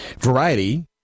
Variety